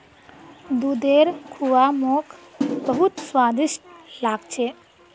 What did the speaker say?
दूधेर खुआ मोक बहुत स्वादिष्ट लाग छ